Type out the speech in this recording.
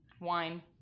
Wine